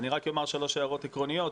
אני רק אעיר שלוש הערות עקרוניות